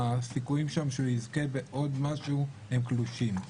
הסיכויים שם שהוא יזכה בעוד משהו הם קלושים.